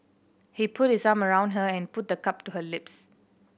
he put his arm around her and put the cup to her lips